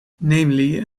namely